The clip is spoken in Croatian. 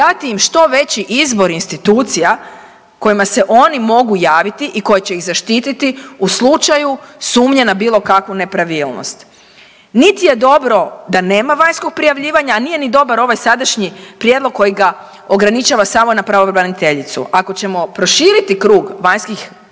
dati im što veći izbor institucija kojima se oni mogu javiti i koji će ih zaštiti u slučaju sumnje na bilo kakvu nepravilnost. Niti je dobro da nema vanjskog prijavljivanja, a nije ni dobar ovaj sadašnji prijedlog koji ga ograničava samo na pravobraniteljicu. Ako ćemo proširiti krug vanjskih prijavitelja,